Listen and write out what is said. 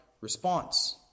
response